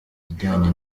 ijyanye